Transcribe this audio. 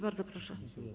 Bardzo proszę.